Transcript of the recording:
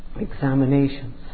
examinations